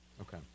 Okay